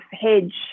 hedge